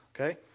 okay